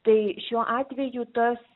tai šiuo atveju tas